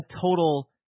total